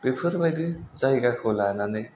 बेफोरबायदि जायगाखौ लानानै